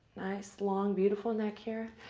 nice, long, beautiful neck here.